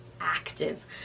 active